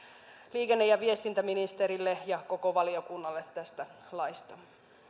liikenne ja viestintäministerille ja koko valiokunnalle tästä laista